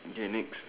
okay next